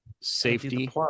safety